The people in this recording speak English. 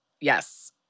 yes